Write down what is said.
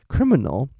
Criminal